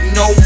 no